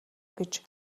гэж